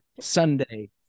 Sunday